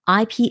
IP